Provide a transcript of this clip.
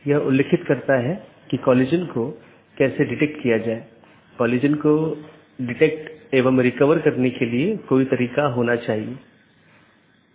यह मूल रूप से ऑटॉनमस सिस्टमों के बीच सूचनाओं के आदान प्रदान की लूप मुक्त पद्धति प्रदान करने के लिए विकसित किया गया है इसलिए इसमें कोई भी लूप नहीं होना चाहिए